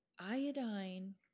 iodine